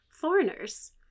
Foreigners